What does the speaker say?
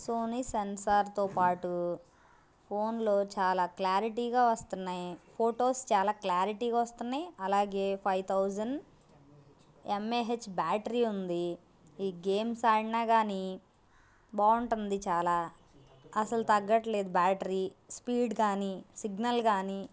Sony సెన్సార్తో పాటు ఫోన్లో చాలా క్లారిటీగా వస్తున్నాయి ఫోటోస్ చాలా క్లారిటీగా వస్తున్నాయి అలాగే five thousand M A H battery ఉంది ఈ గేమ్స్ ఆడినా కానీ బాగుంటుంది చాలా అసలు తగ్గట్లేదు బ్యాటరీ స్పీడ్ కానీ సిగ్నల్ కానీ